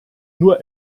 nur